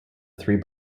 three